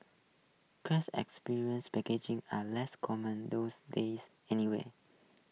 experience packages are less common those days anyway